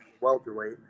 welterweight